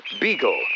Beagle